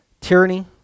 tyranny